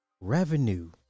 revenue